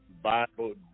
Bible